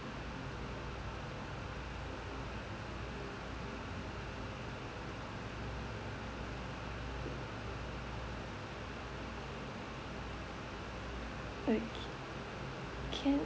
okay can